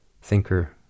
thinker